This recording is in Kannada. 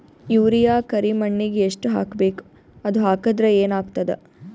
ಯೂರಿಯ ಕರಿಮಣ್ಣಿಗೆ ಎಷ್ಟ್ ಹಾಕ್ಬೇಕ್, ಅದು ಹಾಕದ್ರ ಏನ್ ಆಗ್ತಾದ?